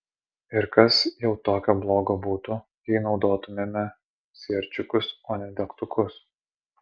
ir kas jau tokio blogo būtų jei naudotumėme sierčikus o ne degtukus